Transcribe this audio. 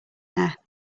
there